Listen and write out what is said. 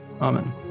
Amen